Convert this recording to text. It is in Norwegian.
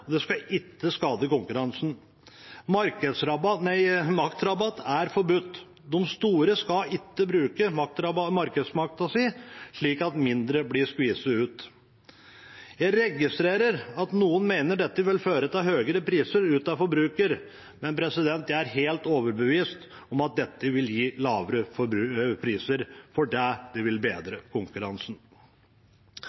det skal ikke skade konkurransen. Maktrabatt er forbudt. De store skal ikke bruke markedsmakten sin slik at de mindre blir skviset ut. Jeg registrerer at noen mener dette vil føre til høyere priser ut til forbruker, men jeg er helt overbevist om at dette vil gi lavere priser, fordi det vil bedre